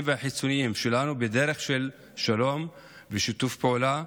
והחיצוניים שלנו בדרך של שלום ושיתוף פעולה,